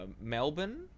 Melbourne